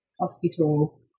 Hospital